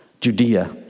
Judea